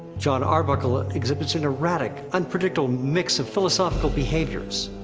jon arbuckle ah exhibits an erratic, unpredictable mix of philosophical behaviors.